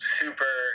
super